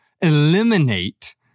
Eliminate